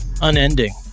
unending